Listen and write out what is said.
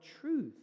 truth